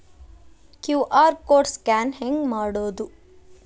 QR code scan ಹೆಂಗ್ ಮಾಡೋದು?